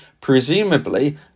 presumably